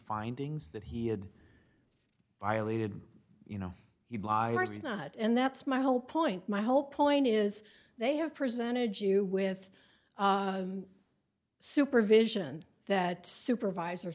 findings that he had violated you know you've not and that's my whole point my whole point is they have presented you with supervision that supervisor